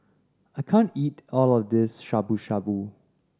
I can't eat all of this Shabu Shabu